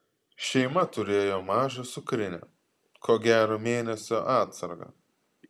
šeima turėjo mažą cukrinę ko gero mėnesio atsarga